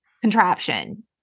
contraption